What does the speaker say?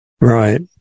Right